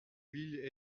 ville